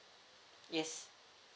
yes